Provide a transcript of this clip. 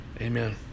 Amen